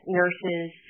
nurses